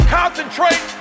concentrate